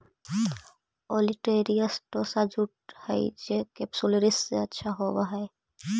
olitorius टोसा jute हई जे केपसुलरिस से अच्छा होवऽ हई